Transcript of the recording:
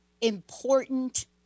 important